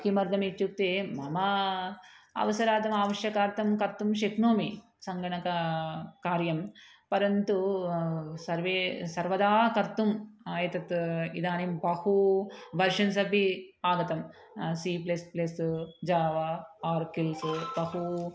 किमर्थमित्युक्ते मम अवसारार्थम् आवश्यकार्थं कर्तुं शक्नोमि सङ्गणककार्यं परन्तु सर्वे सर्वदा कर्तुम् एतत् इदानीं बहु वर्शन्स् अपि आगतं C plus plus Java Oracles बहु